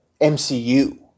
MCU